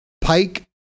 Pike